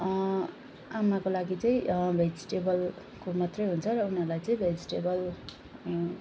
आमाको लागि चाहिँ भेजिटेबलको मात्रै हुन्छ र उनीहरूलाई चाहिँ भेजिटेबल